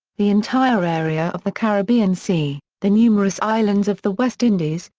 the entire area of the caribbean sea, the numerous islands of the west indies,